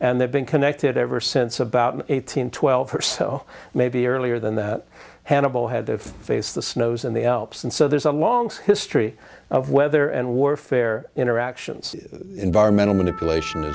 and they've been connected ever since about eight hundred twelve hersel maybe earlier than that hannibal had the face the snows and the alps and so there's a long history of weather and warfare interactions environmental manipulation